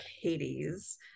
hades